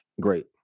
great